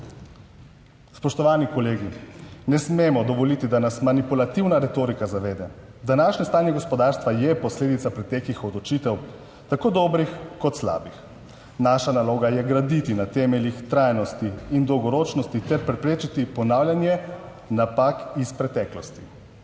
Spoštovani kolegi, ne smemo dovoliti, da nas manipulativna retorika zaveda. Današnje stanje gospodarstva je posledica preteklih odločitev, tako dobrih kot slabih. Naša naloga je graditi na temeljih trajnosti in dolgoročnosti ter preprečiti ponavljanje napak iz preteklosti.